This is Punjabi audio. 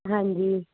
ਹਾਂਜੀ